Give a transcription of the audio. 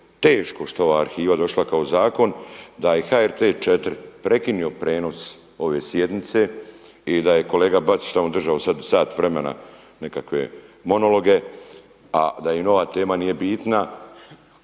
teško što je ova arhiva došla kao zakon da je i HRT 4 prekinuo prijenos ove sjednice i da je kolega Bačić tamo držao sada sat vremena nekakve monologe, a da im ova tema nije bitna?